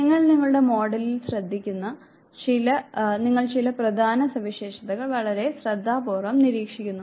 നിങ്ങൾ നിങ്ങളുടെ മോഡലിൽ ശ്രദ്ധിക്കുന്നു നിങ്ങൾ ചില പ്രധാന സവിശേഷതകൾ വളരെ ശ്രദ്ധാപൂർവ്വം നിരീക്ഷിക്കുന്നു